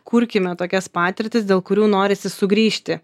kurkime tokias patirtis dėl kurių norisi sugrįžti